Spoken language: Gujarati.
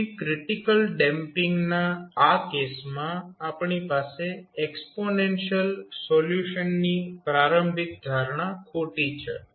તેથી ક્રિટીકલ ડેમ્પીંગના આ કેસમાં આપણી એક્સ્પોનેન્શિયલ સોલ્યુશન ની પ્રારંભિક ધારણા ખોટી છે